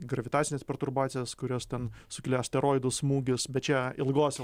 gravitacinės perturbacijos kurios ten sukelia asteroidų smūgius bet čia ilgose